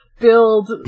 Build